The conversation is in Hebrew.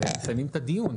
מסיימים את הדיון,